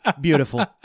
beautiful